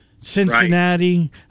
Cincinnati